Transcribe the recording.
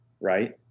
right